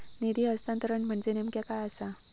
निधी हस्तांतरण म्हणजे नेमक्या काय आसा?